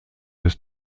des